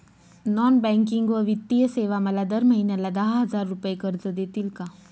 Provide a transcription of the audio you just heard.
Non banking व वित्तीय सेवा मला दर महिन्याला दहा हजार रुपये कर्ज देतील का?